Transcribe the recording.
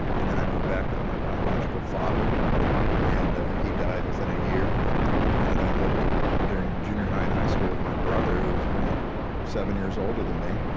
and then i moved back with my biological father and he died within a year and then i lived during junior high and high school with my brother who was only seven years older than me.